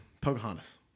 Pocahontas